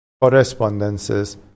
correspondences